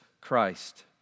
Christ